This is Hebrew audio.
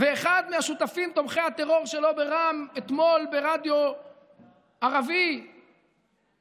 ואחד מהשותפים תומכי הטרור שלו ברע"מ אמר אתמול ברדיו ערבי חד-משמעית,